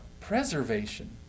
preservation